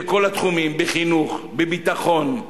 בכל התחומים, בחינוך, בביטחון,